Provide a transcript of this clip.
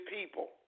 people